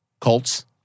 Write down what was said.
Colts